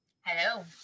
Hello